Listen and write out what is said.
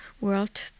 world